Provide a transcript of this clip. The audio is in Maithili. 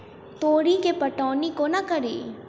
तोरी केँ पटौनी कोना कड़ी?